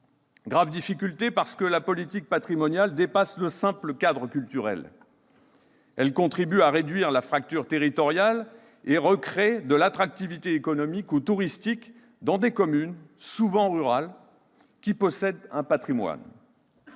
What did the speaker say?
Nachbar, parce que la politique patrimoniale dépasse le simple cadre culturel. Elle contribue à réduire la fracture territoriale et recrée de l'attractivité économique ou touristique dans des communes, souvent rurales, qui possèdent un patrimoine.